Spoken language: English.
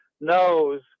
knows